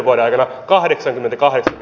saisitte hävetä